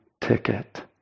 ticket